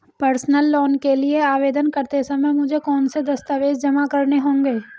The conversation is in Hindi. पर्सनल लोन के लिए आवेदन करते समय मुझे कौन से दस्तावेज़ जमा करने होंगे?